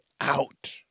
out